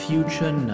Future